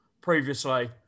previously